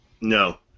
No